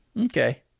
Okay